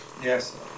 Yes